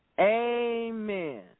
Amen